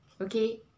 Okay